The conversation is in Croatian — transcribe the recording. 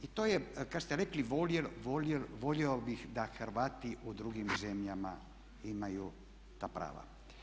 I to je kad ste rekli volio bih da Hrvati u drugim zemljama imaju ta prava.